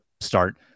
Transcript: start